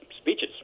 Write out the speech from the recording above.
speeches